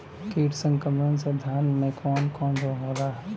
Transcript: कीट संक्रमण से धान में कवन कवन रोग होला?